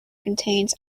contains